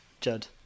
Judd